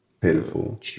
Painful